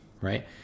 right